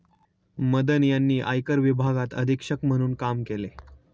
मदन यांनी आयकर विभागात अधीक्षक म्हणून काम केले